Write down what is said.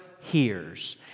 hears